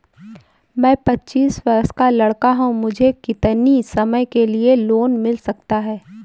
मैं पच्चीस वर्ष का लड़का हूँ मुझे कितनी समय के लिए लोन मिल सकता है?